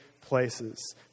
places